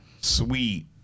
sweet